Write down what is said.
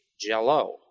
jello